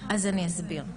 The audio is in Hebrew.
אז אני אסביר,